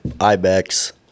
ibex